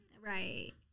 Right